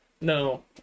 No